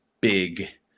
big